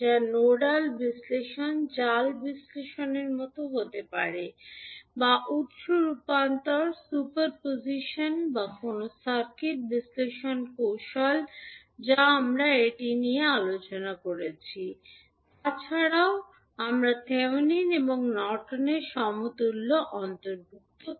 যা নোডাল বিশ্লেষণ জাল বিশ্লেষণের মতো হতে পারে বা উত্স রূপান্তর সুপারপজিশন বা কোনও সার্কিট বিশ্লেষণ কৌশল যা আমরা এটি নিয়ে আলোচনা করেছি তা এছাড়াও আপনার থেভেনিন Thevenin'sএবং নর্টনেরNorton's সমতুল্য অন্তর্ভুক্ত করে